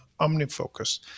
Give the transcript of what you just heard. OmniFocus